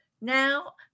Now